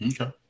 Okay